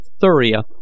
Thuria